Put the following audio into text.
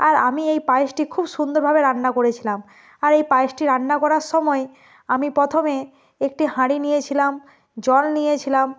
আর আমি এই পায়েসটি খুব সুন্দরভাবে রান্না করেছিলাম আর এই পায়েসটি রান্না করার সময়ে আমি প্রথমে একটি হাঁড়ি নিয়েছিলাম জল নিয়েছিলাম